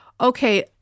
Okay